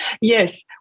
Yes